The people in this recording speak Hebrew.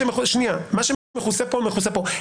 מה שמכוסה פה, מכוסה פה.